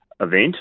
event